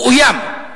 הוא אוים,